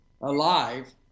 alive